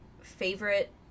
favorite